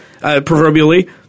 proverbially